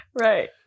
Right